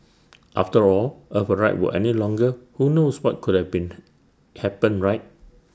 after all if her ride were any longer who knows what could have been happened right